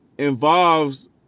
Involves